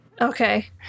Okay